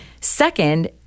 Second